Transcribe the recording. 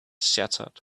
shattered